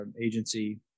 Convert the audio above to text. agency